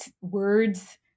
words